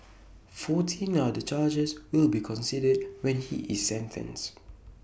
fourteen other charges will be considered when he is sentenced